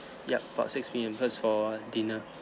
yup about six P_M because for dinner